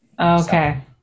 Okay